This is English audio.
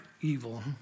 evil